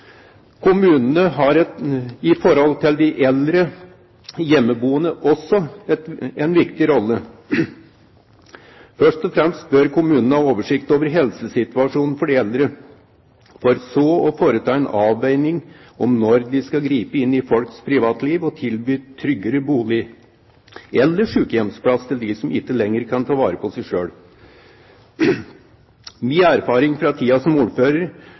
Kommunene har også en viktig rolle når det gjelder de eldre hjemmeboende. Først og fremst bør kommunene ha oversikt over helsesituasjonen til de eldre, for så å foreta en avveining om når de skal gripe inn i folks privatliv og tilby tryggere bolig eller sykehjemsplass til dem som ikke lenger kan ta vare på seg selv. Min erfaring fra tiden som ordfører